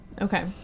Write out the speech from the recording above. Okay